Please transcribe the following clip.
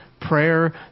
prayer